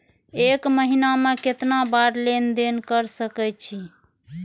एक महीना में केतना बार लेन देन कर सके छी?